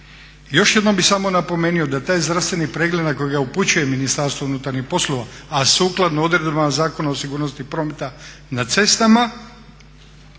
Još jednom bih samo napomenuo da taj zdravstveni pregled na kojega ga upućuje Ministarstvo unutarnjih poslova, a sukladno odredbama Zakona o sigurnosti prometa na cestama